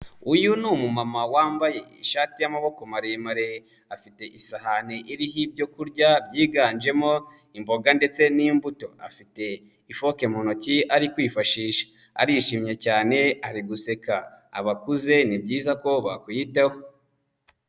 Uyu ni umumama wambaye ishati y'amaboko maremare afite isahani iriho ibyo kurya byiganjemo imboga ndetse n'imbuto, afite ifoke mu ntoki ari kwifashisha, arishimye cyane ari guseka, abakuze ni byiza ko bakwiyitaho.